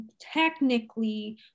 technically